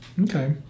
okay